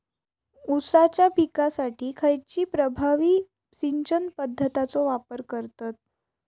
ऊसाच्या पिकासाठी खैयची प्रभावी सिंचन पद्धताचो वापर करतत?